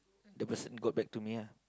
the person got back to me ah